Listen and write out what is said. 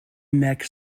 neck